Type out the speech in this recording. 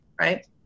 right